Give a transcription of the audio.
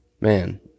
Man